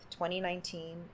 2019